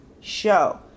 show